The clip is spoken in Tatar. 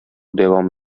дәвам